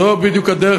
זו בדיוק הדרך,